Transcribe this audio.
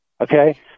Okay